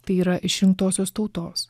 tai yra išrinktosios tautos